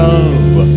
Love